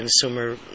consumer